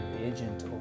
agent